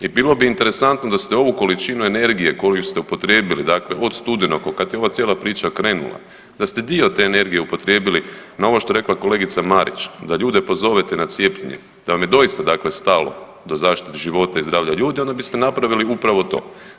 I bilo bi interesantno da ste ovu količinu energije koju ste upotrijebili, dakle od studenog od kad je ova cijela priča krenula, da ste dio te energije upotrijebili na ovo što je rekla kolegica Marić da ljude pozovete na cijepljenje, da vam je doista, dakle stalo do zaštite života i zdravlja ljudi onda biste napravili upravo to.